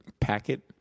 packet